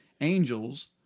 angels